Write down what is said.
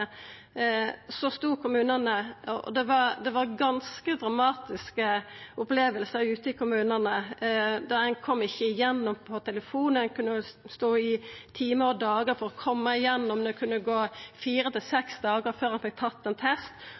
var det ganske dramatiske opplevingar ute i kommunane der ein ikkje kom igjennom på telefon, og ein kunne stå i timar og dagar for å koma igjennom. Det kunne gå fire til seks dagar før ein fekk tatt ein test,